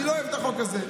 אני לא אוהב את החוק הזה.